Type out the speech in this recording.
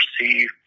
receive